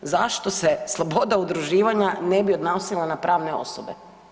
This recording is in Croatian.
Zašto se sloboda udruživanja ne bi odnosila na pravne osobe?